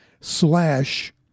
slash